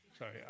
Sorry